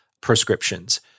prescriptions